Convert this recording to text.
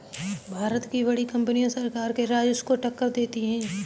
भारत की बड़ी कंपनियां सरकार के राजस्व को टक्कर देती हैं